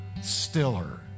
stiller